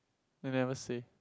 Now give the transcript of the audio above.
they never say